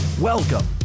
Welcome